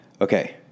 Okay